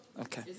Okay